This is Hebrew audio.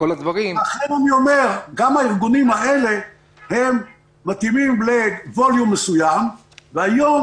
הארגונים האלה מתאימים לווליום מסוים והיום